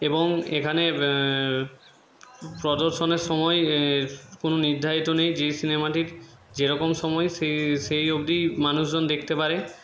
এবং এখানে প্রদর্শনের সময় কোনো নির্ধারিত নেই যে সিনেমাটির যেরকম সময় সেই সেই অবধিই মানুষজন দেখতে পারে